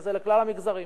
וזה לכלל המגזרים.